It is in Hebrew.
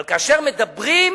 אבל כאשר מדברים,